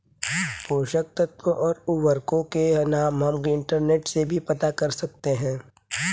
पोषक तत्व और उर्वरकों के नाम हम इंटरनेट से भी पता कर सकते हैं